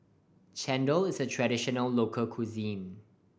chendol is a traditional local cuisine